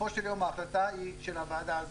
בסופו של יום ההחלטה היא של הוועדה הזאת.